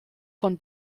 von